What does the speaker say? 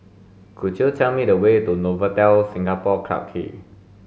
could you tell me the way to Novotel Singapore Clarke Quay